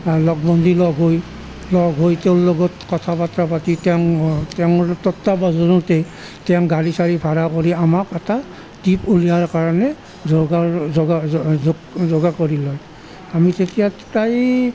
বা লগ বন্ধু লগ হৈ লগ হৈ তেওঁৰ লগত কথা বাৰ্তা পাতি তেওঁ তেওঁৰ তত্বাৱধানতেই তেওঁ গাড়ী চাৰী ভাড়া কৰি আমাক এটা টিপ উলিওয়াৰ কাৰণে যোগাৰ যোগা যোগাৰ কৰি লয় আমি তেতিয়া প্ৰায়